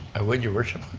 i would, your worship.